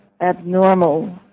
abnormal